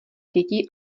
dětí